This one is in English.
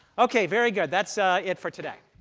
ok, very good, that's it for today.